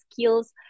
skills